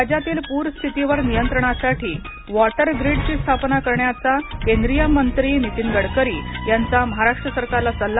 राज्यातील पूर स्थितीवर नियंत्रणासाठी वॉटर ग्रीडची स्थापना करण्याचा केंद्रीय मंत्री नीतीन गडकरी यांचा महाराष्ट्र सरकारला सल्ला